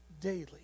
daily